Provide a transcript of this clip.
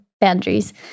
boundaries